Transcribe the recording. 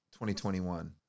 2021